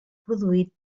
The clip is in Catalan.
produït